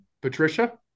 patricia